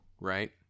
right